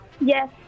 Yes